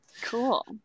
Cool